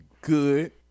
good